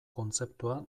kontzeptua